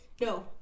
No